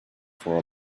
for